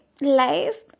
life